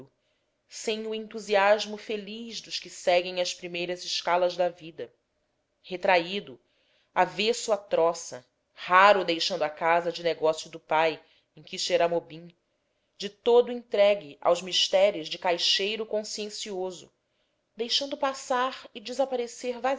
sem o entusiasmo feliz dos que seguem as primeiras escalas da vida retraído avesso à troça raro deixando a casa de negócio do pai em quixeramobim de todo entregue aos misteres de caixeiro consciencioso deixando passar e desaparecer vazia